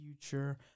future